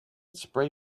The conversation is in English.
spray